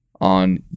on